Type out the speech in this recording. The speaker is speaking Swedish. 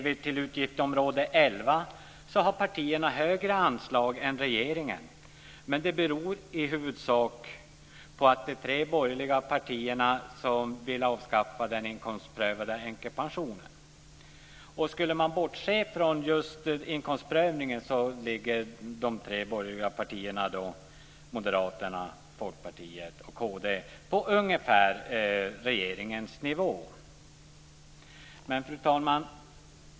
På utgiftsområde 11 har partierna högre anslag än regeringen, men det beror i huvudsak på att tre av de borgerliga partierna vill avskaffa den inkomstprövade änkepensionen. Om man skulle bortse från inkomstprövningen så ligger dessa tre borgerliga partier, Moderaterna, Folkpartiet och Kristdemokraterna, på ungefär samma nivå som regeringen. Fru talman!